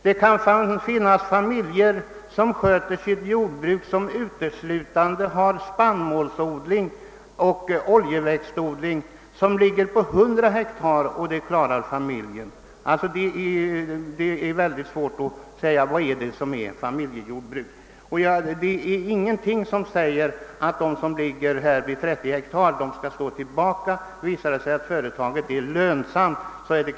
Det kan finnas familjejordbruk med uteslutande spannmålsodling och oljeväxtodling, som ligger på 100 ha och som familjen ändå klarar. Det är alltså mycket svårt att säga vad som är ett familjejordbruk. Det är ingenting som säger att ägare av jordbruk på omkring 30 ha skall stå tillbaka; det avgörande är om företaget är lönsamt.